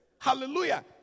Hallelujah